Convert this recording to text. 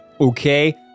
Okay